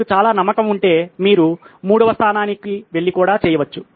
మీకు చాలా నమ్మకం ఉంటే మీరు 3 వ స్థానానికి వెళ్లి కూడా చేయవచ్చు